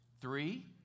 three